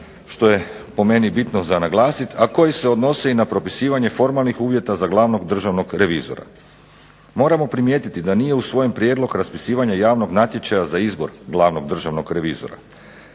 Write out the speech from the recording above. što je po meni bitno za naglasiti, a koji se odnose i na propisivanje formalnih uvjeta za Glavnog državnog revizora. Moramo primijetiti da nije usvojen prijedlog raspisivanja javnog natječaja za izbor Glavnog državnog revizora.